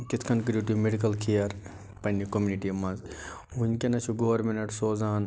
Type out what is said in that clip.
کِتھ کٲنی کٔرِو تُہۍ میٚڈکٕل کیر پننہِ کوٚمنٹی منٛز وٕنکیٚنس چھُ گورمِنَٹ سوزان